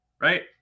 Right